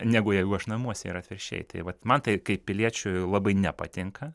negu jeigu aš namuose ir atvirkščiai tai vat man tai kaip piliečiui labai nepatinka